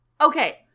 Okay